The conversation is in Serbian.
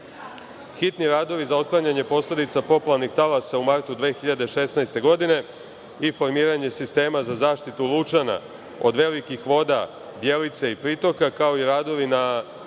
radovi za otklanjanje posledica poplavnih talasa u martu 2016. godine i formiranje sistema za zaštitu Lučana od velikih voda, Bjelice i pritoka, kao i radovi na